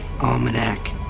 almanac